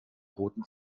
roten